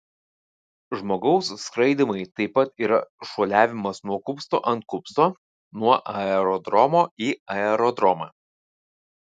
žmogaus skraidymai taip pat yra šuoliavimas nuo kupsto ant kupsto nuo aerodromo į aerodromą